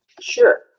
Sure